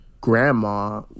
grandma